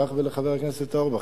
לך ולחבר הכנסת אורבך,